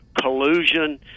collusion